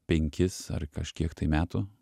penkis ar kažkiek metų